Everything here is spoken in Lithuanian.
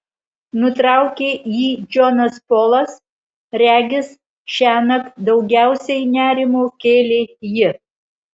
nutraukė jį džonas polas regis šiąnakt daugiausiai nerimo kėlė ji